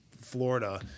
Florida